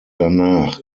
danach